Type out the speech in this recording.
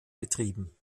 betrieben